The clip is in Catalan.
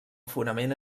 fonament